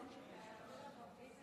חבריי חברי הכנסת,